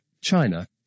China